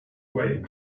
way